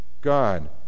God